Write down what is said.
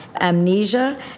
amnesia